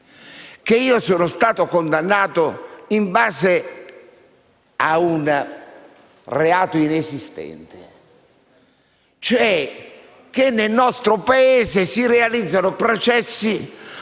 che io sono stato condannato in base a un reato inesistente, per cui nel nostro Paese si realizzano processi